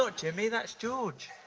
ah jimmy, that's george.